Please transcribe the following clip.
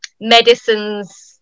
medicines